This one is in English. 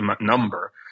number